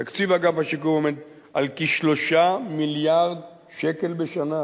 תקציב אגף השיקום עומד על כ-3 מיליארד שקל בשנה,